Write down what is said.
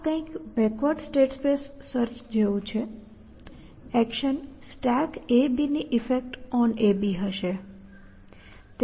આ કંઈક backward state space search જેવું છે એક્શન StackAB ની ઈફેક્ટ onAB હશે